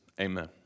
Amen